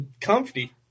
comfy